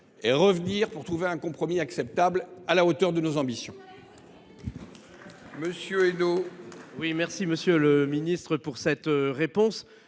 et revenir pour trouver un compromis acceptable à la hauteur de nos ambitions.